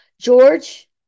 George